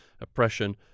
oppression